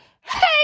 Hey